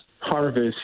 harvest